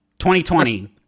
2020